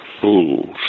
fools